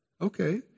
Okay